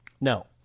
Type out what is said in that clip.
no